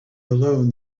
alone